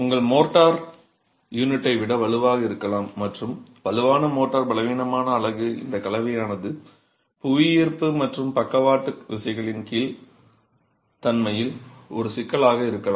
உங்கள் மோர்ட்டார் யூனிட்டை விட வலுவாக இருக்கலாம் மற்றும் வலுவான மோர்ட்டார் பலவீனமான அலகு இந்த கலவையானது புவியீர்ப்பு மற்றும் பக்கவாட்டு விசைகளின் கீழ் தன்மை ஒரு சிக்கலாக இருக்கலாம்